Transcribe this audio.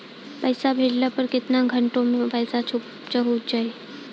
पैसा भेजला पर केतना घंटा मे पैसा चहुंप जाई?